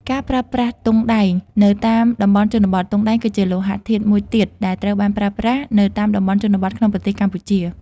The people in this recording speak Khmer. ការប្រើប្រាស់ទង់ដែងនៅតាមតំបន់ជនបទ ទង់ដែង គឺជាលោហៈធាតុមួយទៀតដែលត្រូវបានប្រើប្រាស់នៅតាមតំបន់ជនបទក្នុងប្រទេសកម្ពុជា។